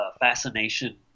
fascination